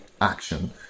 action